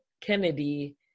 Kennedy